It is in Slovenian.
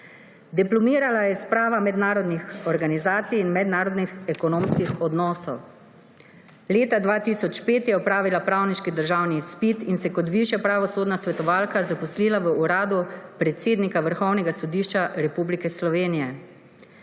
Diplomirala je s prava mednarodnih organizacij in mednarodnih ekonomskih odnosov. Leta 2005 je opravila pravniški državni izpit in se kot višja pravosodna svetovalka zaposlila v Uradu predsednika Vrhovnega sodišča Republike Slovenije.